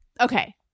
okay